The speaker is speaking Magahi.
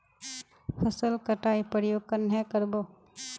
फसल कटाई प्रयोग कन्हे कर बो?